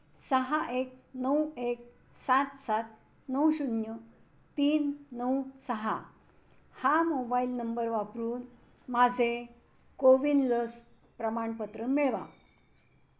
सहा एक नऊ एक सात सात नऊ शून्य तीन नऊ सहा हा मोबाईल नंबर वापरून माझे कोविन लस प्रमाणपत्र मिळवा